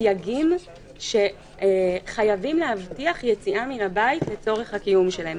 הסייגים שחייבים להבטיח יציאה מהבית לצורך הקיום שלהם.